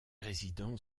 résidents